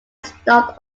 stormed